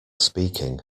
speaking